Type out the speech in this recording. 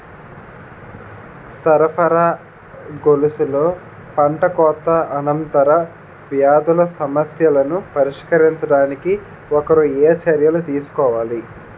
సరఫరా గొలుసులో పంటకోత అనంతర వ్యాధుల సమస్యలను పరిష్కరించడానికి ఒకరు ఏ చర్యలు తీసుకోవాలి?